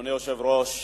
אדוני היושב-ראש,